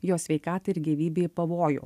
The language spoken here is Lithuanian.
jo sveikatai ir gyvybei pavojų